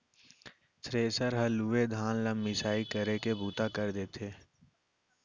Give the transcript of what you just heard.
thresher हर लूए धान ल मिसाई करे के बूता कर देथे